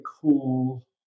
cool